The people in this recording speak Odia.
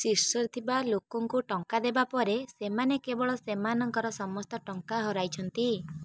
ଶୀର୍ଷରେ ଥିବା ଲୋକଙ୍କୁ ଟଙ୍କା ଦେବା ପରେ ସେମାନେ କେବଳ ସେମାନଙ୍କର ସମସ୍ତ ଟଙ୍କା ହରାଇଛନ୍ତି